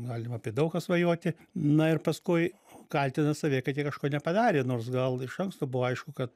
galim apie daug ką svajoti na ir paskui kaltina save kad jie kažko nepadarė nors gal iš anksto buvo aišku kad